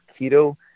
keto